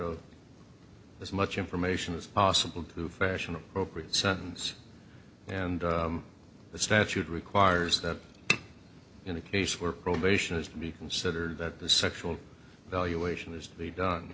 of as much information as possible to fashion appropriate sentence and the statute requires that in a case where probation is to be considered that the sexual valuation is to be done